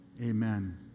amen